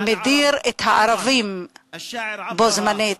מדיר את הערבים בו-בזמן.